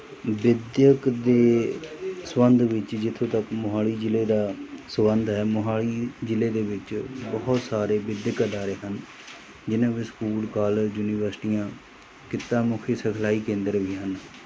ਵਿੱਦਿਅਕ ਦੇ ਸਬੰਧ ਵਿੱਚ ਜਿੱਥੋਂ ਤੱਕ ਮੋਹਾਲੀ ਜ਼ਿਲ੍ਹੇ ਦਾ ਸਬੰਧ ਹੈ ਮੋਹਾਲੀ ਜ਼ਿਲ੍ਹੇ ਦੇ ਵਿੱਚ ਬਹੁਤ ਸਾਰੇ ਵਿੱਦਿਅਕ ਅਦਾਰੇ ਹਨ ਜਿਨ੍ਹਾਂ ਵਿੱਚ ਸਕੂਲ ਕਾਲਜ ਯੂਨੀਵਰਸਿਟੀਆਂ ਕਿੱਤਾ ਮੁਖੀ ਸਿਖਲਾਈ ਕੇਂਦਰ ਵੀ ਹਨ